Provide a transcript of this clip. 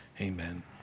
amen